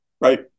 right